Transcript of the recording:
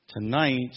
Tonight